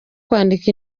kwandika